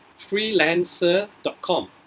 freelancer.com